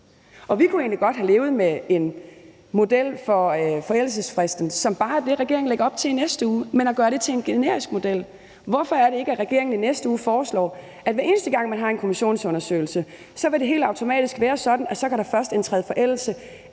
Vi kunne egentlig godt have levet med en model for forældelsesfristen, som bare er det, regeringen lægger op til i næste uge, men så at gøre det til en generisk model. Hvorfor er det ikke, at regeringen i næste uge foreslår, at hver eneste gang man har en kommissionsundersøgelse, vil det helt automatisk være sådan, at så kan der først indtræde forældelse,